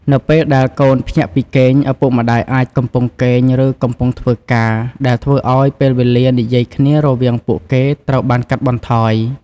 នៅពេលដែលកូនភ្ញាក់ពីគេង ឪពុកម្តាយអាចកំពុងគេង ឬកំពុងធ្វើការ ដែលធ្វើឲ្យពេលវេលានិយាយគ្នារវាងពួកគេត្រូវបានកាត់បន្ថយ។